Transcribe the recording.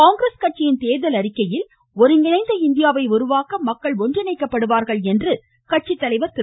காங்கிரஸ் கட்சியின் தேர்தல் அறிக்கையில் ஒருங்கிணைந்த இந்தியாவை உருவாக்க மக்கள் ஒன்றிணைக்கப்படுவார்கள் என்று கட்சித்தலைவர் திரு